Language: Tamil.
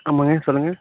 ஆமாங்க சொல்லுங்க